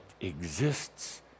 exists